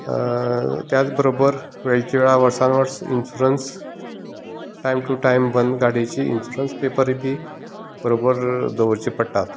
त्याच बरोबर वेळच्या वेळार वर्सान वर्स इंशुरंस टायम टू टायम भरून गाडयेचें इंश्युरंस पेपरूय बी बरोबर दवरचे पडटात